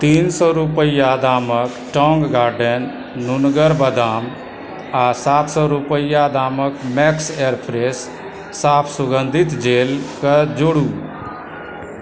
तीन सए रुपैया दामक टौंग गार्डन नुनगर बदाम आ सात सए रुपैया दामक मैक्स एयरफ्रेश साफ सुगन्धित जेलकेँ जोड़ू